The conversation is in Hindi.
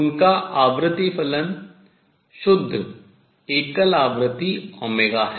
उनका आवर्ती फलन शुद्ध एकल आवृत्ति ओमेगा है